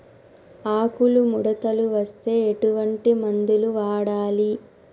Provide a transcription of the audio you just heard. ఆకులు ముడతలు వస్తే ఎటువంటి మందులు వాడాలి?